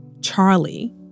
Charlie